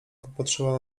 popatrzyła